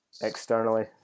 externally